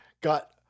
got